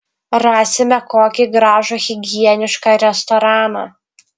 rasime kokį gražų higienišką restoraną